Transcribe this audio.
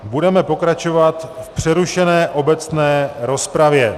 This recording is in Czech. Budeme pokračovat v přerušené obecné rozpravě.